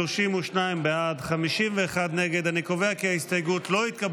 את תשומת ליבו של מזכיר הכנסת.